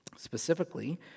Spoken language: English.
Specifically